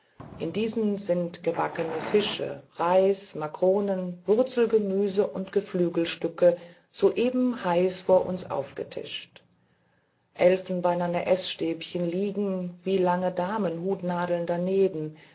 in diesen sind gebackene fische reis makronen wurzelgemüse und geflügelstücke soeben heiß vor uns aufgetischt elfenbeinerne eßstäbe liegen wie lange damenhutnadeln daneben